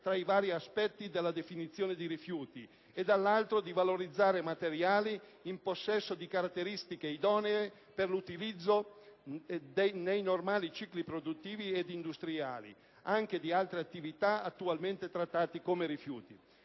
tra i vari aspetti della definizione di rifiuti e, dall'altro, di valorizzare materiali in possesso di caratteristiche idonee per l'utilizzo nei normali cicli produttivi ed industriali, (anche di altre attività) attualmente trattati come rifiuti.